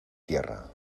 tierra